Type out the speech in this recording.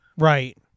Right